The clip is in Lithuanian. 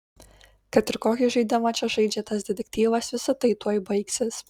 kad ir kokį žaidimą čia žaidžia tas detektyvas visa tai tuoj baigsis